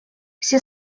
все